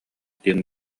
диэн